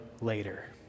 later